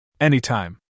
Anytime